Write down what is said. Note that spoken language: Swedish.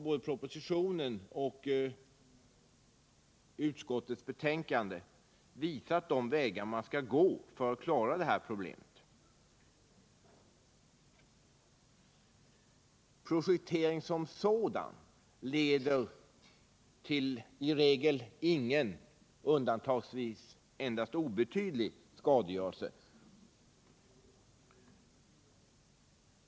Både propositionen och utskottsbetänkandet visar vägar man kan gå för att lösa dessa problem. Prospektering som sådan leder i regel till ingen, undantagsvis endast obetydlig skadegörelse.